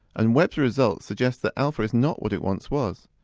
and webb's results suggest that alpha is not what it once was.